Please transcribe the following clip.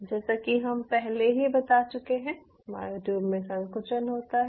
जैसा कि हम पहले ही बता चुके हैं मायोट्यूब में संकुचन होता है